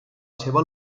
seva